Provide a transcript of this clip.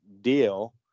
deal